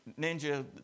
ninja